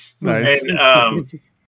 Nice